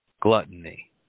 gluttony